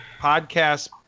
podcast